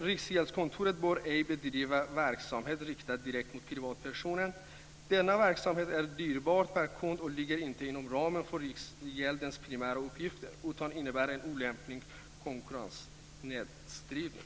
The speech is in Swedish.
Riksgäldskontoret bör ej bedriva verksamhet riktad direkt mot privatpersoner. Denna verksamhet är dyrbar per kund och ligger inte inom ramen för riksgäldens primära uppgifter utan innebär en olämplig konkurrenssnedvridning.